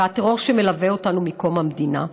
והטרור שמלווה אותנו מקום המדינה,